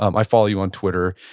um i follow you on twitter.